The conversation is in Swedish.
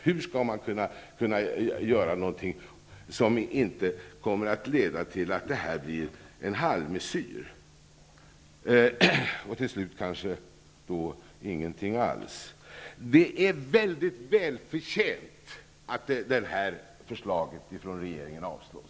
Hur skall man kunna göra någonting som inte kommer att leda till att detta blir en halvmesyr och till slut ingenting alls? Det är mycket välförtjänt att detta förslag från regeringen kommer att avslås.